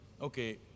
Okay